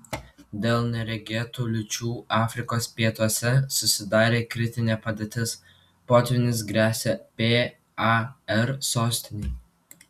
dėl neregėtų liūčių afrikos pietuose susidarė kritinė padėtis potvynis gresia par sostinei